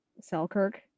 Selkirk